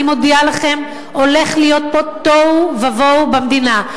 אני מודיעה לכם: הולך להיות פה תוהו ובוהו במדינה.